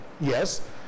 Yes